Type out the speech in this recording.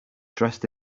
dressed